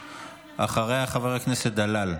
אחריה, חבר הכנסת דלל.